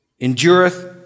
endureth